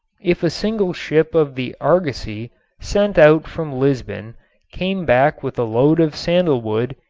if a single ship of the argosy sent out from lisbon came back with a load of sandalwood,